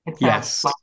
Yes